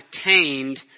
attained